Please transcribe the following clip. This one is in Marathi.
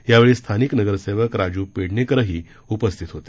यावेळी स्थानिक नगरसेवक राजू पेडणेकरहीउपस्थित होते